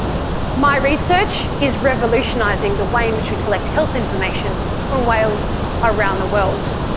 my research is revolutionising the way in which we collect health information from whales around the world.